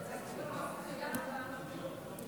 לוועדת החינוך.